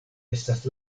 estas